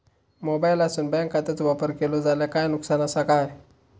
मोबाईलातसून बँक खात्याचो वापर केलो जाल्या काय नुकसान असा काय?